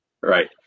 Right